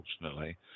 unfortunately